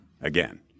Again